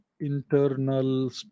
internal